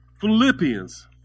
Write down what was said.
Philippians